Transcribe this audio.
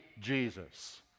Jesus